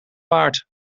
waard